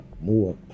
more